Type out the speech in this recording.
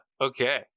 okay